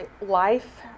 life